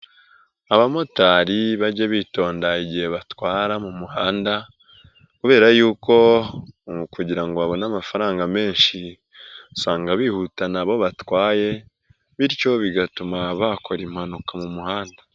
Abamotari bajye bitonda igihe batwara mu muhanda kubera y'uko kugira ngo babone amafaranga menshi usanga bihuta abo batwaye bityo bigatuma bakora impanuka mu muhanda.